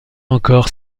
encore